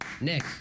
Nick